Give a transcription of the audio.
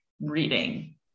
reading